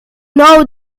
know